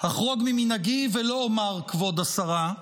אחרוג ממנהגי ולא אומר "כבוד השרה".